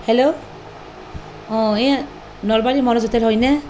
hello অঁ এই নলবাৰীৰ মনোজ হোটেল হয়নে